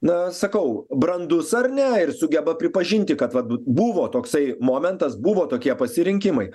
na sakau brandus ar ne ir sugeba pripažinti kad va buvo toksai momentas buvo tokie pasirinkimai